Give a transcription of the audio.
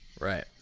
Right